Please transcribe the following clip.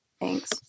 thanks